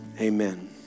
amen